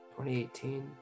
2018